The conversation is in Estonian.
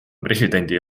presidendi